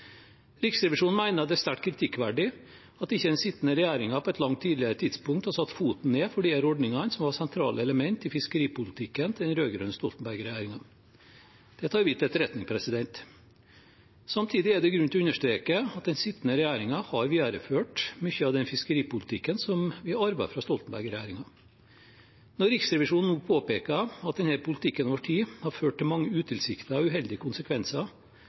Riksrevisjonen mener det er sterkt kritikkverdig at ikke den sittende regjeringen på et langt tidligere tidspunkt har satt foten ned for disse ordningene som var sentrale elementer i fiskeripolitikken til den rød-grønne Stoltenberg-regjeringen. Det tar vi til etterretning. Samtidig er det grunn til å understreke at den sittende regjeringen har videreført mye av den fiskeripolitikken som vi arvet fra Stoltenberg-regjeringen. Når Riksrevisjonen nå påpeker at denne politikken over tid har ført til mange utilsiktede og uheldige konsekvenser,